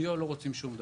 דיו לא רוצים שום דבר.